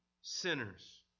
sinners